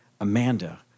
Amanda